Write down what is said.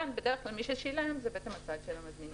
כאן בדרך כלל מי ששילם זה הצד של המזמינים.